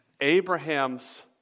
Abraham's